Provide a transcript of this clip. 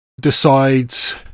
decides